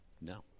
No